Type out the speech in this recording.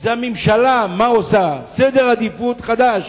זה מה עושה הממשלה, סדר עדיפויות חדש: